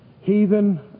heathen